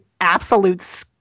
absolute